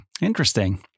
Interesting